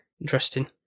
interesting